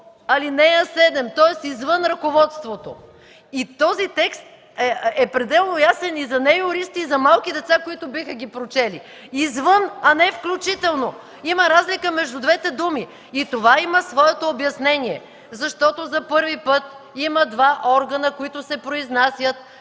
ал. 7.”. Тоест извън ръководството. Този текст е пределно ясен и за неюристи, и за малки деца, които биха го прочели. „Извън”, а не „включително”. Има разлика между двете думи и това има своето обяснение. Защото за първи път има два органа, които се произнасят